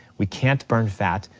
we can't burn fat,